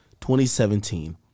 2017